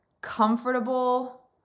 comfortable